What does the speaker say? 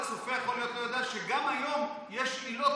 יכול להיות שהצופה לא יודע שגם היום יש עילות